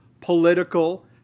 political